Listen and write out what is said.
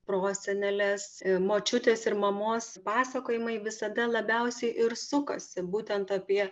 prosenelės močiutės ir mamos pasakojimai visada labiausiai ir sukasi būtent apie